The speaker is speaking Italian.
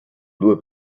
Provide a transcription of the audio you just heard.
due